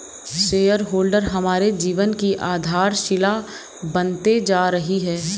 share holder हमारे जीवन की आधारशिला बनते जा रही है